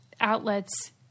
outlets